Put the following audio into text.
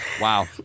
Wow